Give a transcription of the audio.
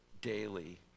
daily